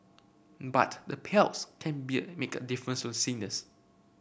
but the payouts can be make a difference to